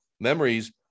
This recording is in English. Memories